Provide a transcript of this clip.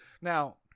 Now